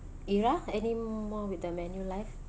ira any more with the Manulife